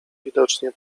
widocznie